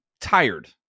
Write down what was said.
tired